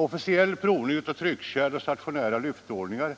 Officiell provning av tryckkärl och stationära lyftanordningar